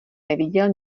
neviděl